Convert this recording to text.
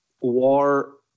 War